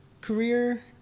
career